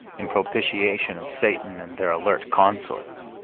in propitiation of satan and their alert consorts,